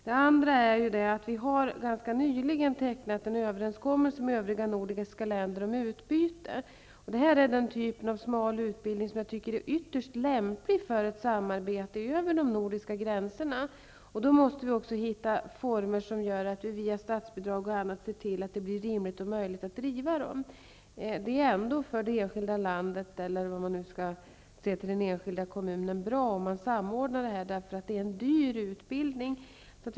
Den andra är att vi ganska nyligen har tecknat en överenskommelse med övriga nordiska länder om utbyte. Detta är den typ av smal utbildning som jag tycker är ytterst lämplig för ett samarbete över de nordiska gränserna. Vi måste då också via exempelvis statsbidrag se till att det blir rimligt och möjligt att bedriva sådana utbildningar. Det är ändå för det enskilda landet eller den enskilda kommunen bra om detta samordnas, eftersom det är fråga om dyra utbildningar.